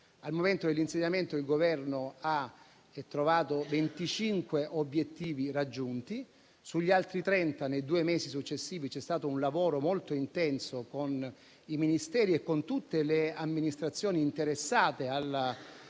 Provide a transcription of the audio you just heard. Al momento dell'insediamento il Governo ha trovato 25 obiettivi raggiunti. Sugli altri 30, nei due mesi successivi, c'è stato un lavoro molto intenso, con i Ministeri e con tutte le amministrazioni interessate